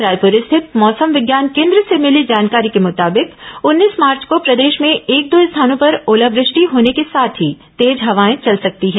रायपुर स्थित मौसम विज्ञान केन्द्र से भिली जानकारी के मुताबिक उन्नीस मार्च को प्रदेश में एक दो स्थानों पर ओलावृष्टि होने के साथ ही तेज हवाए चल सकती हैं